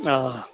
آ